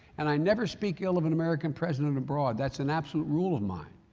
and i never speak ill of an american president abroad. that's an absolute rule of mine.